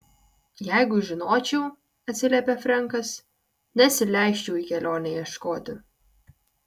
jeigu žinočiau atsiliepė frenkas nesileisčiau į kelionę ieškoti